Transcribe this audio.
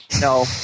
No